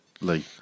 Lee